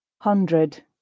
hundred